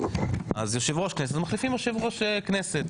אז יושב ראש כנסת מחליפים יושב ראש כנסת,